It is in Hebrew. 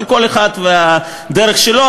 אבל כל אחד והדרך שלו.